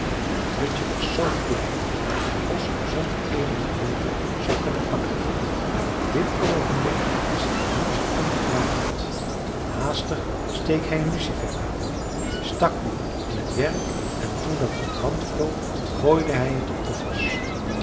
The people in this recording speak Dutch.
en het hutje was zoo klein dat de vos hem zonder eenige moeite zou kunnen pakken maar op dit oogenblik was hij niet ongewapend haastig streek hij een lucifer aan stak die in het werk en toen dat in brand vloog gooide hij het op den vos